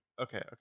Okay